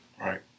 Right